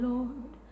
Lord